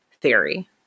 theory